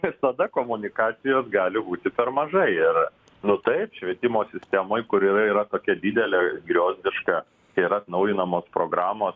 ir tada komunikacijos gali būti per mažai ir nu taip švietimo sistemoj kur yra yra tokia didelė griozdiška yra atnaujinamos programos